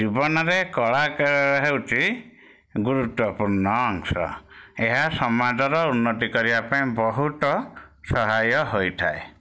ଜୀବନରେ କଳାକର ହେଉଛି ଗୁରୁତ୍ୱପୂର୍ଣ ଅଂଶ ଏହା ସମାଜର ଉନ୍ନତି କରିବା ପାଇଁ ବହୁତ ସହାୟ ହୋଇଥାଏ